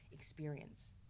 experience